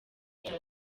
cyane